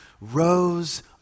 rose